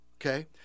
Okay